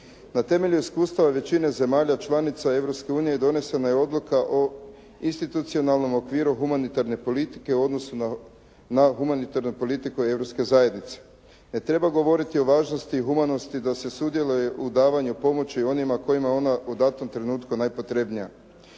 Na temelju iskustava većine zemalja članica Europske unije donesena je odluka o institucionalnom okviru humanitarne politike u odnosu na humanitarnu politiku Europske zajednice. Ne treba govoriti o važnosti humanosti da se sudjeluje u davanju pomoći onima kojima je ona u datom trenutku najpotrebnija.